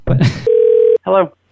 Hello